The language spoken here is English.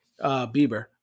Bieber